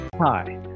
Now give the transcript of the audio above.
Hi